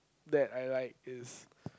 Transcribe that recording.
that I like is